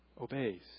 obeys